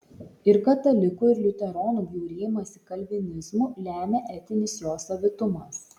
ir katalikų ir liuteronų bjaurėjimąsi kalvinizmu lemia etinis jo savitumas